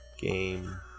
game